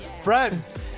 friends